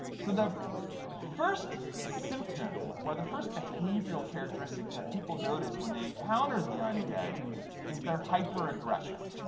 so the first symptom or the first behavioral characteristic that people notice when they encounter the undead is their hyper-aggression.